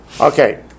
Okay